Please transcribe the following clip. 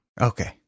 Okay